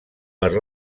per